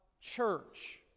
church